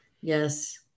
Yes